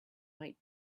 might